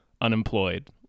unemployed